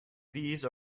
these